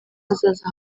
hazaza